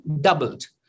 doubled